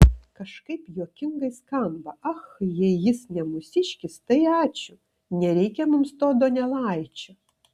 kažkaip juokingai skamba ach jei jis ne mūsiškis tai ačiū nereikia mums to donelaičio